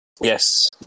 Yes